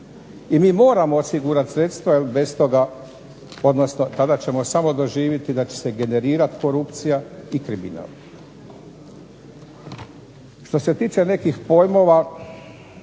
I mi moramo osigurat sredstva jer bez toga, odnosno kada ćemo samo doživiti da će se generirat korupcija i kriminal. Što se tiče nekih pojmova